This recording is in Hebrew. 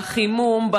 בחימום,